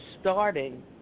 starting